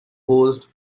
forced